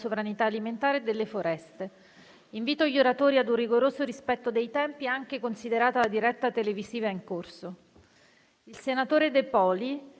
sovranità alimentare e delle foreste. Invito gli oratori ad un rigoroso rispetto dei tempi, considerata la diretta televisiva in corso. Il senatore De Poli